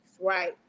right